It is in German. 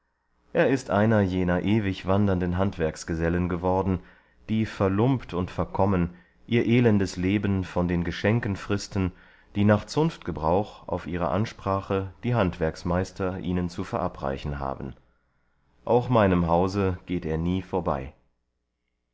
er ist einer jener ewig wandernden handwerksgesellen geworden die verlumpt und verkommen ihr elendes leben von den geschenken fristen die nach zunftgebrauch auf ihre ansprache die handwerksmeister ihnen zu verabreichen haben auch meinem hause geht er nie vorbei